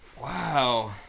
Wow